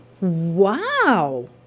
Wow